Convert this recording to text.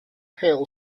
hail